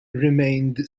remained